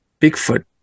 Bigfoot